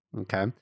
Okay